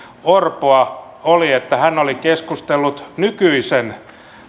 orpoa hän oli keskustellut nykyisen